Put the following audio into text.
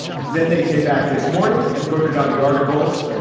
then they came back this morning and voted on the articles.